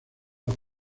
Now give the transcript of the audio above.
los